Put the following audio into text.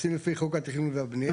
עושים לפי חוק התכנון והבניה.